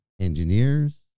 engineers